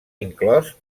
inclòs